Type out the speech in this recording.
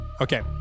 Okay